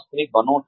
वास्तविक बनो